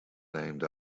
named